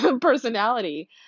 personality